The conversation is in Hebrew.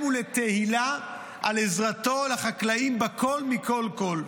ולתהילה על עזרתו לחקלאים בכול ומכל כול,